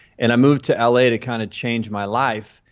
and i moved to l a. to kind of change my life.